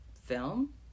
film